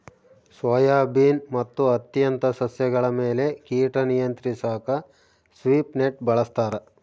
soybean ಮತ್ತು ಹತ್ತಿಯಂತ ಸಸ್ಯಗಳ ಮೇಲೆ ಕೀಟ ನಿಯಂತ್ರಿಸಾಕ ಸ್ವೀಪ್ ನೆಟ್ ಬಳಸ್ತಾರ